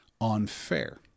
unfair